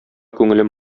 күңелем